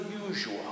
unusual